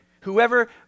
whoever